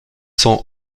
sont